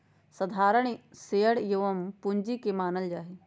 साधारण शेयर स्वयं के पूंजी मानल जा हई